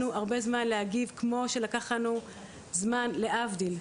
הרבה זמן להגיב כמו שלקח לנו זמן להבדיל.